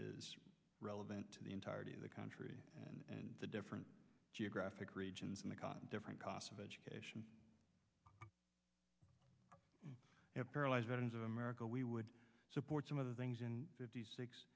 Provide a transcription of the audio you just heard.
is relevant to the entirety of the country and the different geographic regions and the cotton different costs of education paralyzed veterans of america we would support some of the things in fifty six